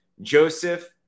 Joseph